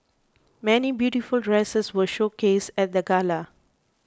many beautiful dresses were showcased at the gala